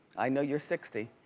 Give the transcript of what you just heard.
i know you're sixty.